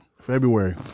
February